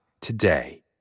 today